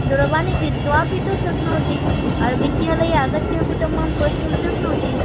दूरवाणीं कृत्वा अपि तु शक्नोति विद्यालये आगत्य अपि तु मां प्रष्टुं शक्नोति